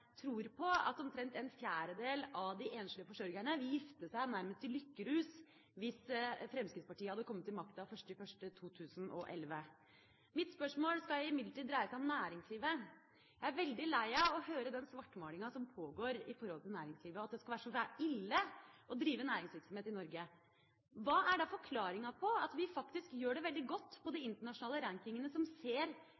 at omtrent en fjerdedel av de enslige forsørgerne vil gifte seg nærmest i lykkerus hvis Fremskrittspartiet hadde kommet til makta 1. januar 2011. Mitt spørsmål skal imidlertid dreie seg om næringslivet. Jeg er veldig lei av å høre den svartmalinga av næringslivet som pågår, og at det skal være så ille å drive næringsvirksomhet i Norge. Hva er da forklaringa på at vi faktisk gjør det veldig godt på de